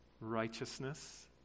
righteousness